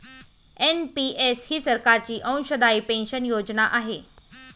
NPS ही सरकारची अंशदायी पेन्शन योजना आहे